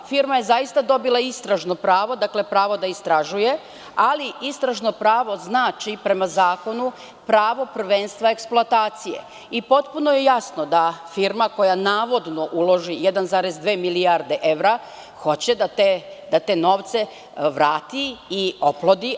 Firma je zaista dobila istražno pravo, dakle pravo da istražuje, ali istražno pravo prema zakonu znači pravo prvenstva eksploatacije i potpuno je jasno da firma koja navodno uloži 1,2 milijarde evra hoće da te novce vrati i oplodi.